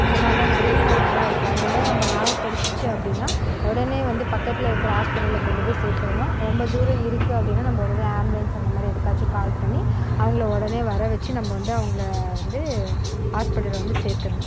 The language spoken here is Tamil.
அந்த மாதிரிலாம் நிறைய நாயிங்களாம் இருக்குது அதனால நம்ம நாய் கடித்துச்சி அப்படின்னா உடனே வந்து பக்கத்தில் இருக்கிற ஹாஸ்பிடலில் கொண்டு போய் சேர்த்துரணும் ரொம்ப தூரம் இருக்குது அப்படின்னா நம்ம உடனே ஆம்புலென்ஸ் அந்த மாதிரி எதுக்காச்சும் கால் பண்ணி அவங்கள உடனே வர வெச்சு நம்ம வந்து அவங்கள வந்து ஹாஸ்பிடலில் வந்து சேர்த்துரணும்